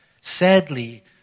sadly